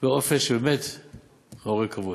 באופן שמעורר כבוד.